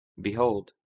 Behold